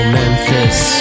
Memphis